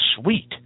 sweet